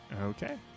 Okay